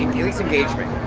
embrace engagement.